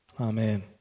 Amen